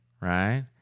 right